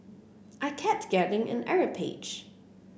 I kept getting an error page